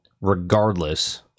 regardless